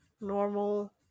normal